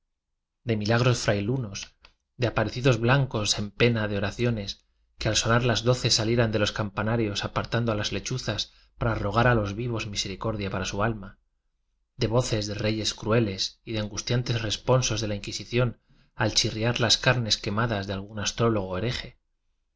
de milagros frailunos de aparecidos m é e láñeos en pena de oraciones que al sonar as doce salieran de los campanarios apar tando a las lechuzas para rogar a los vivos niioe icordia para su alma de voces de leyes crueles y de angustiantes responsos e a mquisición al chirriar las carnes quef n as t'e astrólogo hereje